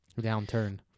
downturn